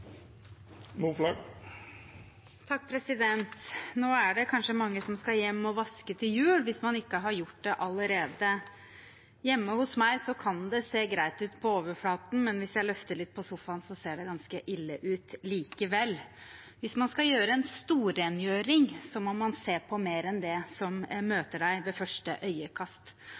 Nå er det kanskje mange som skal hjem og vaske til jul, hvis man ikke har gjort det allerede. Hjemme hos meg kan det se greit ut på overflaten, men hvis jeg løfter litt på sofaen, ser det ganske ille ut likevel. Hvis man skal gjøre en storrengjøring, må man se på mer enn det som møter en ved første øyekast.